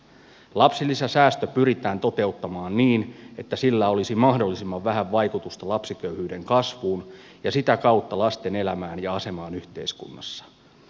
lapsilisäsäästö pyritään toteuttamaan niin että sillä olisi mahdollisimman vähän vaikutusta lapsiköyhyyden kasvuun ja sitä kautta lasten elämään ja asemaan yhteiskunnassa